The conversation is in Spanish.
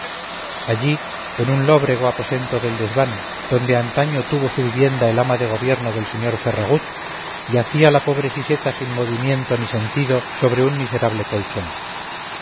allí en un lóbrego aposento del desván donde antaño tuvo su vivienda el ama de gobierno del sr ferragut yacía la pobre siseta sin movimiento ni sentido sobre un miserable colchón